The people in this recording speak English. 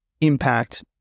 impact